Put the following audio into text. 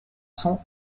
son